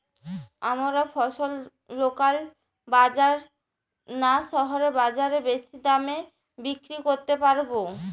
আমরা ফসল লোকাল বাজার না শহরের বাজারে বেশি দামে বিক্রি করতে পারবো?